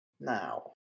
Now